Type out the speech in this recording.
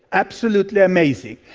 absolutely amazing.